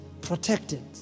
protected